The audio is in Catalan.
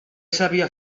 sabia